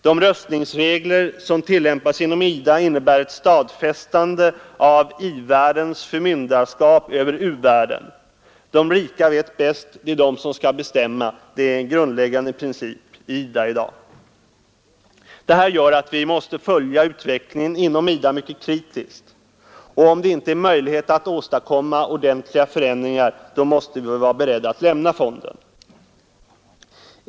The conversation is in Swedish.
De röstningsregler som tillämpas inom IDA innebär ett stadfästande av i-världens förmynderskap över u-världen; de rika vet bäst, det är de som skall bestämma. Det är en grundläggande princip i IDA i dag. Detta gör att vi måste följa utvecklingen inom IDA mycket kritiskt. Om det inte finns möjlighet att åstadkomma ordentliga förändringar, måste vi vara beredda att lämna fonden.